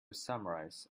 summarize